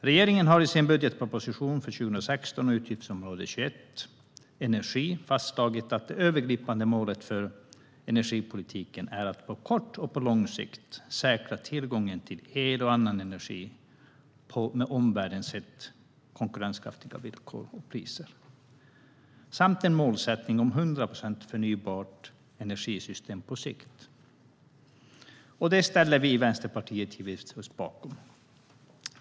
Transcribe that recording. Regeringen har i sin budgetproposition för 2016, utgiftsområde 21 Energi, fastslagit att det övergripande målet för energipolitiken är att på kort och på lång sikt säkra tillgången till el och annan energi på gentemot omvärlden konkurrenskraftiga villkor. Det är också en målsättning om ett 100 procent förnybart energisystem på sikt. Det ställer vi i Vänsterpartiet givetvis oss bakom.